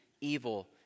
evil